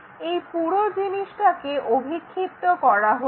এই পুরো জিনিসটাকে অভিক্ষিপ্ত করা হলো